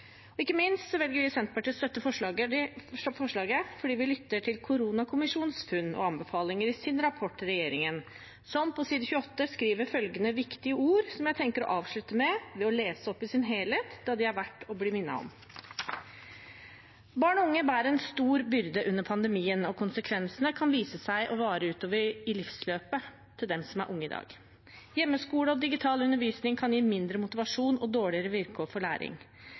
og ungdomsorganisasjoner. Ikke minst velger vi i Senterpartiet å støtte forslaget fordi vi lytter til koronakommisjonens funn og anbefalinger i sin rapport til regjeringen, som på side 28 skriver følgende viktige ord som jeg tenkte å avslutte med ved å lese dem opp i sin helhet, da de er verdt å bli minnet om: «Barn og unge bærer en stor byrde under pandemien, og konsekvensene kan vise seg å vare utover i livsløpet til dem som er unge i dag. Hjemmeskole og digital undervisning kan gi mindre motivasjon og dårligere vilkår for læring.